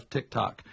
TikTok